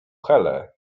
helę